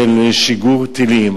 של שיגור טילים.